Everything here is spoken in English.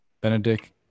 Benedict